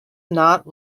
not